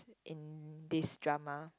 in this drama